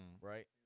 Right